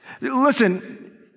Listen